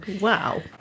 wow